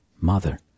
mother